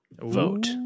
vote